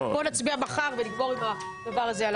נצביע מחר ונגמור עם הדבר הזה.